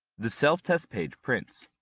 the self-test page prints.